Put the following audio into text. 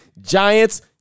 Giants